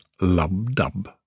lub-dub